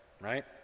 right